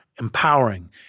empowering